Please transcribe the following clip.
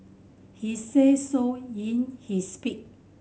he said so in his speech